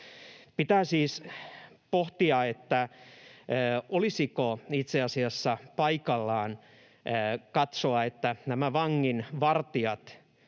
Pitää siis pohtia, olisiko itse asiassa paikallaan katsoa, että nämä vanginvartijat